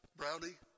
brownie